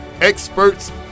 experts